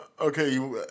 Okay